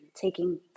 taking